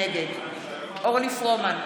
נגד אורלי פרומן,